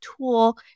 tool